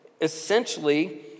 essentially